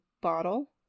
bottle